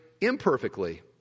imperfectly